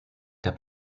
der